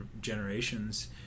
generations